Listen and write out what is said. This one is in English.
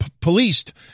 policed